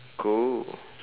cool